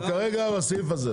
לא, כרגע לסעיף הזה.